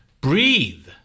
Breathe